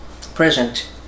Present